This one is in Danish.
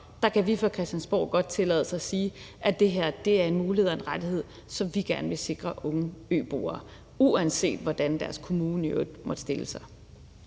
penge, vi taler om – godt tillade os at sige, at det her er en mulighed og en rettighed, som vi gerne vil sikre unge øboere, uanset hvordan deres kommune i øvrigt